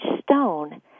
stone